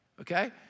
okay